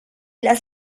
las